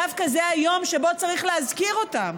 דווקא זה היום שבו צריך להזכיר אותם.